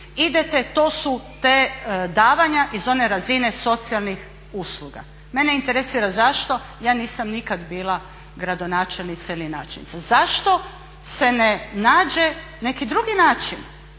to su ta davanja iz one razine socijalnih usluga. Mene interesira zašto, ja nisam nikada bila gradonačelnica ili načelnica, zašto se ne nače neki drugi način?